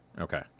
Okay